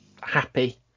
happy